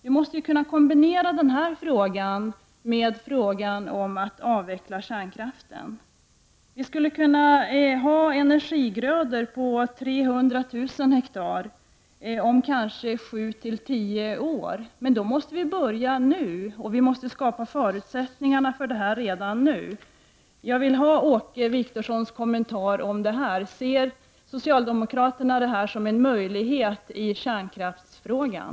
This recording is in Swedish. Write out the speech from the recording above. Vi måste kunna kombinera denna fråga med avvecklingen av kärnkraften. Vi skulle kunna ha energigrödor på 300 000 ha om kanske sju till tio år, men då måste vi redan nu börja med att skapa förutsättningarna för detta. Jag vill ha Åke Wictorssons kommentar till spörsmålet om huruvida socialdemokraterna ser detta som en möjlighet i kärnkraftsfrågan.